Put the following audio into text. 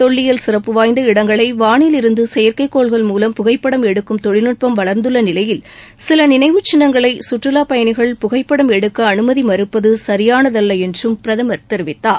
தொல்லியல் சிறப்புவாய்ந்த இடங்களை வாளில் இருந்து செயற்கைக்கோள்கள் மூலம் புகைப்படம் எடுக்கும் தொழில்நுட்பம் வளர்ந்துள்ள நிலையில் சில நினைவுச் சின்னங்களை கற்றுலாப் பயணிகள் புகைப்படம் எடுக்க அனுமதி மறுப்பது சரியானதல்ல என்றும் பிரதமர் தெரிவித்தார்